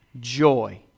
joy